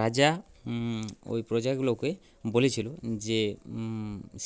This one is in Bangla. রাজা ওই প্রজাগুলোকে বলেছিল যে